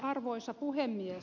arvoisa puhemies